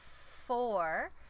four